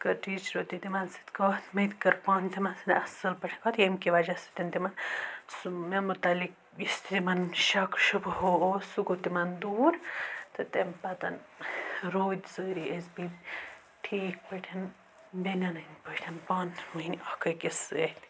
کٔر ٹیٖچرو تہِ تِمَن سۭتۍ کَتھ مےٚ تہِ کٔر پانہٕ تِمَن سۭتۍ اَصٕل پٲٹھۍ کَتھ ییٚمہِ کہِ وَجہ سۭتۍ تِمَن سُہ مےٚ مُتعلِق یُس تِمَن شَک شُبہہٕ اوس سُہ گوٚو تِمَن دوٗر تہٕ تمہِ پَتہٕ روٗدۍ سٲری أسۍ بےٚ ٹھیٖک پٲٹھۍ بیٚنؠن ہِنٛدۍ پٲٹھۍ پانہٕ ؤنۍ اَکھ أکِس سۭتۍ